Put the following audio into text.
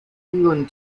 england